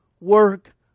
work